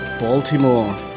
Baltimore